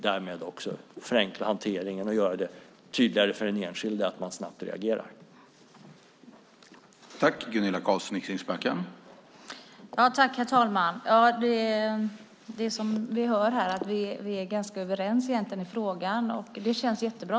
Därmed förenklar man hanteringen och gör det tydligt för den enskilde att man reagerar snabbt.